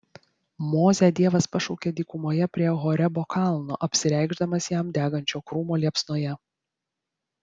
mozę dievas pašaukia dykumoje prie horebo kalno apsireikšdamas jam degančio krūmo liepsnoje